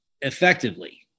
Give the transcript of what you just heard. effectively